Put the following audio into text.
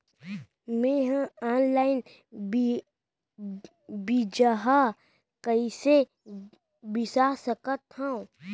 मे हा अनलाइन बीजहा कईसे बीसा सकत हाव